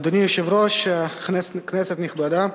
אדוני היושב-ראש, כנסת נכבדה,